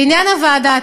בעניין הוועדה,